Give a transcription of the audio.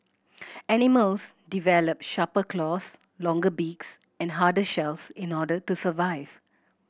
animals develop sharper claws longer beaks and harder shells in order to survive